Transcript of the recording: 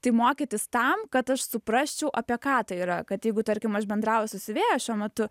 tai mokytis tam kad aš suprasčiau apie ką tai yra kad jeigu tarkim aš bendrauju su siuvėja šiuo metu